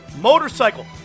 motorcycle